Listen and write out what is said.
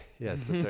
Yes